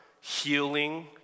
healing